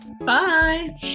Bye